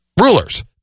rulers